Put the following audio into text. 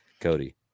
Cody